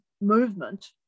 movement